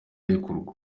arekurwa